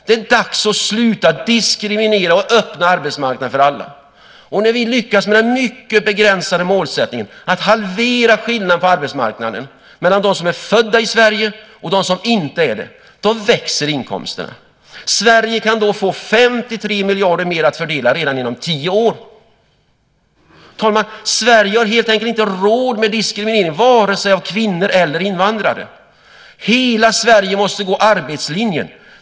Det är dags att sluta diskriminera och i stället öppna arbetsmarknaden för alla. När vi lyckas med den mycket begränsade målsättningen att halvera skillnaden på arbetsmarknaden mellan dem som är födda i Sverige och dem som inte är det, då växer inkomsterna. Sverige kan då få 53 miljarder mer att fördela redan inom tio år. Herr talman! Sverige har helt enkelt inte råd med diskriminering, vare sig av kvinnor eller av invandrare. Hela Sverige måste gå arbetslinjen.